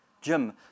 Jim